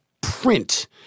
print